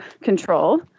control